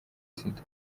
sida